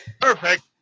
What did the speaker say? Perfect